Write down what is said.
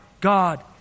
God